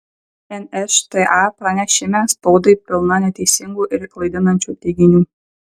nšta pranešime spaudai pilna neteisingų ir klaidinančių teiginių